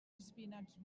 espinacs